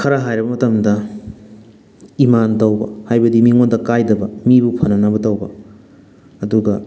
ꯈꯔ ꯍꯥꯏꯔꯕ ꯃꯇꯝꯗ ꯏꯃꯥꯟ ꯇꯧꯕ ꯍꯥꯏꯕꯗꯤ ꯃꯤꯉꯣꯟꯗ ꯀꯥꯏꯗꯕ ꯃꯤꯕꯨ ꯐꯅꯅꯕ ꯇꯧꯕ ꯑꯗꯨꯒ